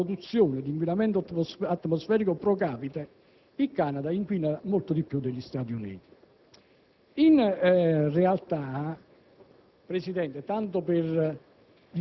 Per quanto riguarda la produzione di inquinamento atmosferico *pro* *capite*, il Canada inquina molto più degli Stati Uniti. In realtà,